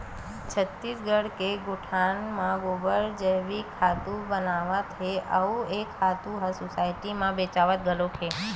छत्तीसगढ़ के गोठान म गोबर के जइविक खातू बनावत हे अउ ए खातू ह सुसायटी म बेचावत घलोक हे